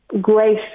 great